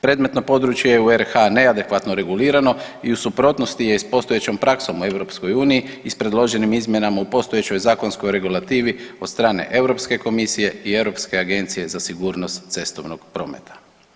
Predmetno područje je u RH neadekvatno regulirano i u suprotnosti je sa postojećom praksom u EU i s predloženim izmjenama u postojećoj zakonskoj regulativi od strane Europske komisije i Europske agencije za sigurnost cestovnog prometa.